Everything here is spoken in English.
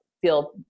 feel